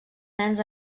nens